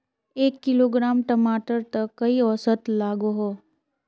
एक किलोग्राम टमाटर त कई औसत लागोहो?